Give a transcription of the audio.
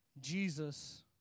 Jesus